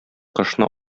кошны